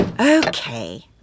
Okay